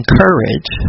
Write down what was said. courage